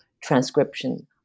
transcription